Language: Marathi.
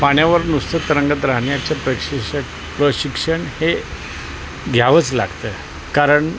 पाण्यावर नुसतं तरंगत राहण्यापेक्षा प्रशिक्षक प्रशिक्षण हे घ्यावंच लागतं कारण